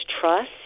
trust